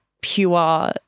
pure